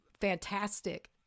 fantastic